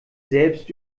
selbst